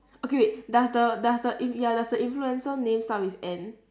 okay wait does the does the ya does the influencer name start with N